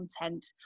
content